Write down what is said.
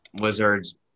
Wizards